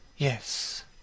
Yes